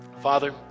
Father